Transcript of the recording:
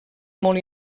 molt